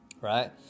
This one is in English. right